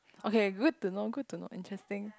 okay good to know good to know interesting